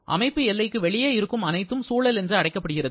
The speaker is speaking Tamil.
அமைப்பு எல்லைக்கு வெளியே இருக்கும் அனைத்தும் சூழல் என்று அழைக்கப்படுகிறது